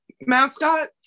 mascot